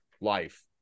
life